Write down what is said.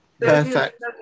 Perfect